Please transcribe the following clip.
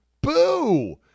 Boo